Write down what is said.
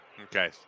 Okay